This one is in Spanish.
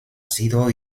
sido